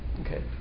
okay